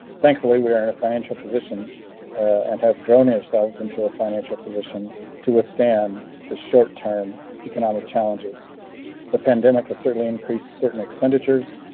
thankfully we are in a financial position and have grown ourselves into a financial position to withstand the short term economic challenges the pandemic has certainly increased certain expenditures,